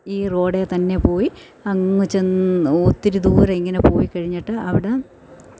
ഈ റോഡെ തന്നെ പോയി അങ്ങ് ചെന്ന് ഒത്തിരി ദൂരെ ഇങ്ങനെ പോയി കഴിഞ്ഞിട്ട് അവിടെ